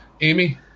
Amy